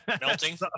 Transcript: Melting